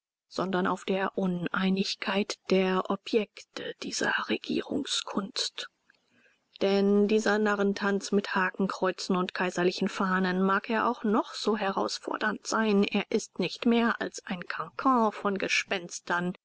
sondern auf der uneinigkeit der objekte dieser regierungskunst denn dieser narrentanz mit hakenkreuzen und kaiserlichen fahnen mag er auch noch so herausfordernd sein er ist nicht mehr als ein cancan von gespenstern